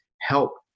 help